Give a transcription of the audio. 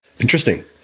Interesting